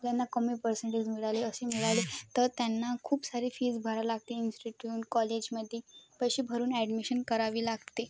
ज्यांना कमी पर्सेंटेज मिळाले अशी मिळाले तर त्यांना खूप सारी फीज भरावी लागते इन्स्टिट्यूट कॉलेजमध्ये पैसे भरून ॲडमिशन करावी लागते